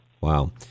wow